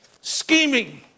scheming